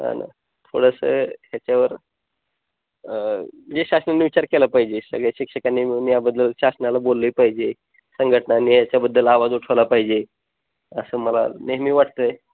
ह ना थोडंसं याच्यावर जे शासनाने विचार केला पाहिजे सगळे शिक्षकानी याच्याबद्दल शासनाला बोलले पाहिजे संघटनाने याच्याबद्दल आवाज उठवायला पाहिजे असं मला नेहमी वाटतं आहे